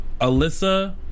Alyssa